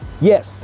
Yes